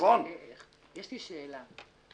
יש לי שאלה.